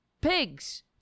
pigs